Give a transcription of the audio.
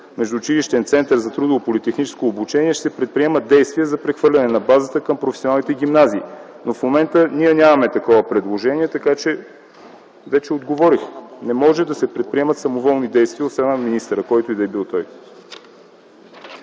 междуучилищен център за трудово политехническо обучение ще се предприемат дейности за прехвърляне на базата към професионалните гимназии, но в момента ние нямаме такова предложение. Така че вече отговорих – не могат да се предприемат самоволни действия от страна на министъра, който и да бил той.